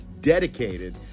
dedicated